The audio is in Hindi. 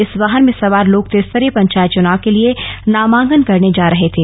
इस वाहन में सवार लोग त्रिस्तरीय पंचायत चुनाव के लिए नामांकन करने जा रहे थे